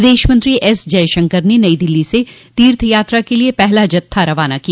विदेश मंत्री एस जयशंकर ने नई दिल्ली से तीर्थ यात्रा के लिये पहला जत्था रवाना किया